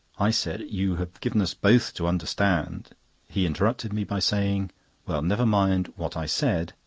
i said you have given us both to understand he interrupted me by saying well, never mind what i said.